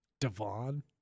Devon